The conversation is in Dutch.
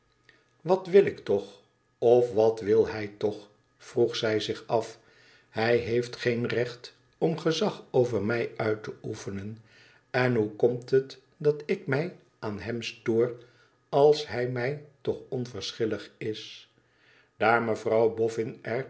wat wil ik toch of wat wil hij toch vroeg zij zich af hij heeft geen recht om gezag over mij uit te oefenen en hoe komt het dat ik mij aan hem stoor als hij mij toch onverschillig is daar mevrouw boffin